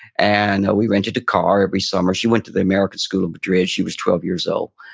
and we rented a car every summer, she went to the american school of madrid, she was twelve years old.